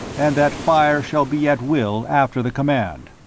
and that fire shall be at will after the command.